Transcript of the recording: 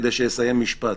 כדי שאסיים משפט.